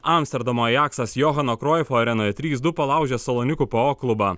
amsterdamo ajaksas johano kroifo arenoje trys du palaužė salonikų paok klubą